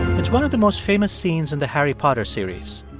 it's one of the most famous scenes in the harry potter series.